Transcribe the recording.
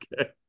okay